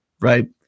right